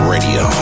Radio